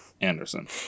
Anderson